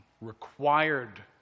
required